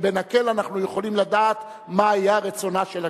ובנקל אנחנו יכולים לדעת מה היה רצונה של הכנסת,